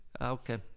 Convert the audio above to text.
okay